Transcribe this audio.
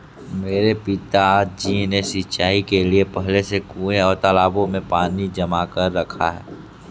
मेरे पिताजी ने सिंचाई के लिए पहले से कुंए और तालाबों में पानी जमा कर रखा है